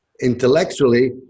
Intellectually